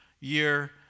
year